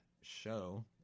show